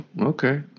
okay